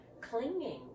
clinging